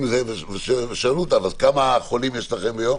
ושאלו אותה, כמה חולים יש ביום.